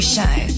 Show